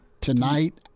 tonight